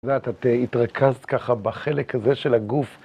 את יודעת, את התרכזת ככה בחלק הזה של הגוף.